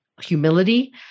humility